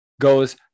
goes